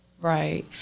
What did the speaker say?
right